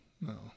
no